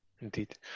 indeed